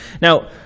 Now